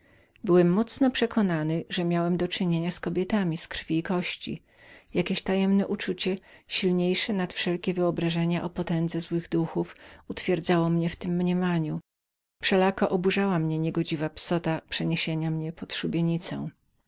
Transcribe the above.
byłem mocno przekonany że miałem do czynienia z istotami z tego świata jakieś tajemne uczucie silniejsze nad wszelkie wyobrażenia o potędze złych duchów utwierdzało mnie w tem mniemaniu wszelako oburzała mnie niegodziwa psota przeniesienia mnie pod